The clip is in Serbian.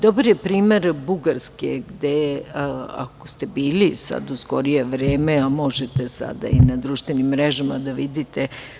Dobar je primer Bugarske, gde ako ste bili u skorije vreme, a možete i na društvenim mrežama da vidite.